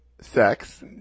sex